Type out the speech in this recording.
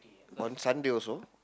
on Sunday also